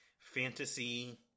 fantasy